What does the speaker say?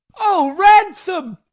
o, ransom,